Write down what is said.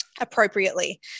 appropriately